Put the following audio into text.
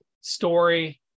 story